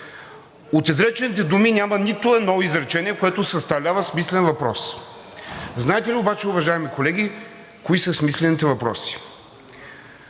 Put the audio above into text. От изречените думи няма нито едно изречение, което съставлява смислен въпрос. Знаете ли обаче, уважаеми колеги, кои са смислените въпроси?